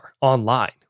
online